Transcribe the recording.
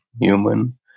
human